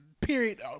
period